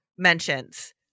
mentions